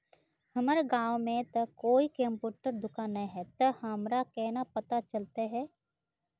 हमर गाँव में ते कोई कंप्यूटर दुकान ने है ते हमरा केना पता चलते है?